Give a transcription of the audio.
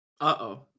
Uh-oh